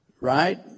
right